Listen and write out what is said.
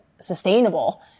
Sustainable